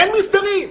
אין מיסדרים.